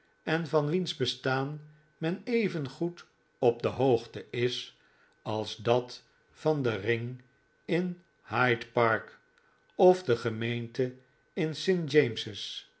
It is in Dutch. en van wiens bestaan men even goed op de hoogte is als van dat van de ring in hyde park of de gemeente in